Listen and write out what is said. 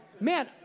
man